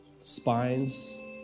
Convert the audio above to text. Spines